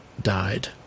died